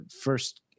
first